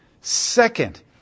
Second